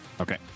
okay